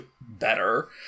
better